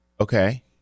Okay